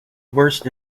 worst